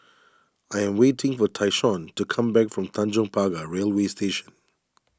I am waiting for Tyshawn to come back from Tanjong Pagar Railway Station